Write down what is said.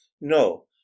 No